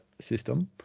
system